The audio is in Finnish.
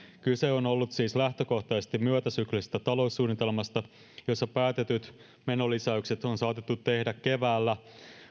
kyse on ollut siis lähtökohtaisesti myötäsyklisestä taloussuunnitelmasta jossa päätetyt menolisäykset on saatettu tehdä keväällä